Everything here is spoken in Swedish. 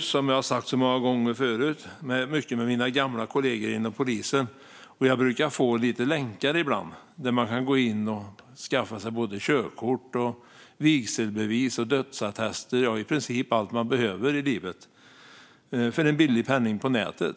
Som jag har sagt så många gånger förut pratar jag mycket med mina gamla kollegor inom polisen, och ibland får jag ta del av länkar där man kan gå in och skaffa sig körkort, vigselbevis, dödsattester - ja, i princip allt man behöver i livet - för en billig penning. Det